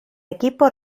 equipo